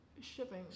Shipping